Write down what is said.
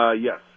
Yes